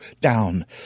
down